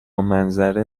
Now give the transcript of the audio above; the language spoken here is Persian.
منظره